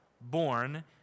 born